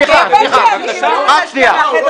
--- אני הצבעתי,